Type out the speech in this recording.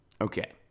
Okay